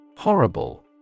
Horrible